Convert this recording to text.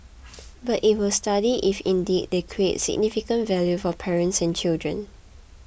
but it will study if indeed they create significant value for parents and children